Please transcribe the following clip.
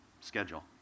schedule